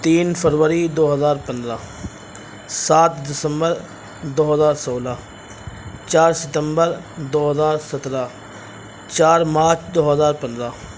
تین فروری دو ہزار پندرہ سات دسمبر دو ہزار سولہ چار ستمبر دو ہزار سترہ چار مارچ دو ہزار پندرہ